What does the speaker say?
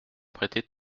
prêter